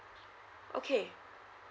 okay